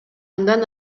андан